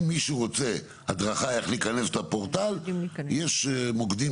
אם מישהו רוצה הדרכה איך להיכנס לפורטל יש מוקדים